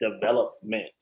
Development